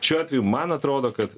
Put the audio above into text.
šiuo atveju man atrodo kad